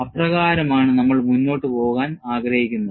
അപ്രകാരമാണ് നമ്മൾ മുന്നോട്ട് പോകാൻ പോകുന്നത്